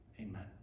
Amen